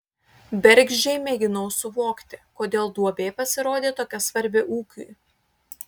bergždžiai mėginau suvokti kodėl duobė pasirodė tokia svarbi ūkiui